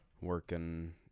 working